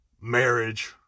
marriage